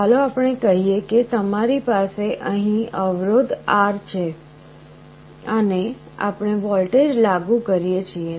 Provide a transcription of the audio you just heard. ચાલો આપણે કહીએ કે તમારી પાસે અહીં અવરોધ રેઝિસ્ટન્સ R છે અને આપણે વોલ્ટેજ લાગુ કરીએ છીએ